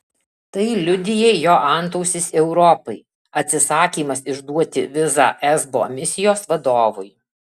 tai liudija jo antausis europai atsisakymas išduoti vizą esbo misijos vadovui